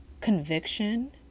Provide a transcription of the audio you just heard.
conviction